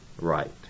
Right